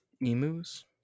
Emus